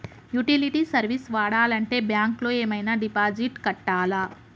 Utility service వాడాలంటే bank లో ఏమైనా డిపాజిట్ కట్టాలా?